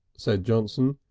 said johnson,